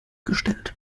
gestellt